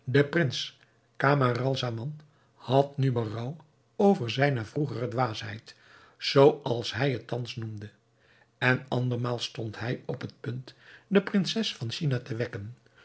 prins camaralzaman had nu berouw over zijne vroegere dwaasheid zooals hij het thans noemde en andermaal stond hij op het punt de prinses van china te wekken